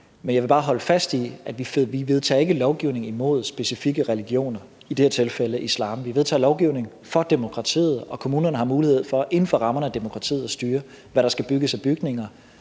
Men jeg vil bare holde fast i, at vi ikke vedtager lovgivning mod specifikke religioner, i det her tilfælde islam. Vi vedtager lovgivning for demokratiet, og kommunerne har mulighed for inden for rammerne af demokratiet at styre, hvad der skal bygges af bygninger,